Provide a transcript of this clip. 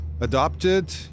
adopted